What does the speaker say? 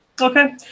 Okay